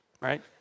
right